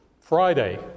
Friday